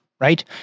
right